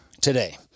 today